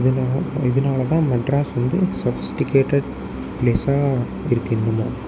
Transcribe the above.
இதனால இதனாலதான் மெட்ராஸ் வந்து சஃப்ஸ்டிக்கேடட் ப்ளேஸாக இருக்குது இன்னமும்